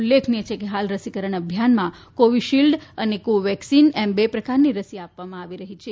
ઉલ્લેખનીય છે કે હાલ રસીકરણ અભિયાનમાં કોવીશીલ્ડ અને કોવેક્સિન એમ બે પ્રકારની રસી આપવામાં આવી રહી છે